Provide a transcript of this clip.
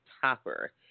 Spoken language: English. topper